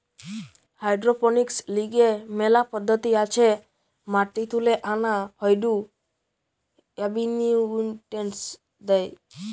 hydroponics লিগে মেলা পদ্ধতি আছে মাটি তুলে আনা হয়ঢু এবনিউট্রিয়েন্টস দেয়